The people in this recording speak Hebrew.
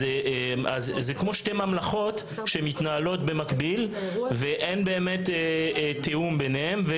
זה כמו שתי ממלכות שמתנהלות במקביל ואין באמת תיאום ביניהם.